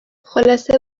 خلاصه